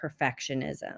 perfectionism